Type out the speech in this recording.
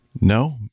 No